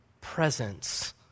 presence